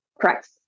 Correct